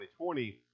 2020